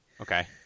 Okay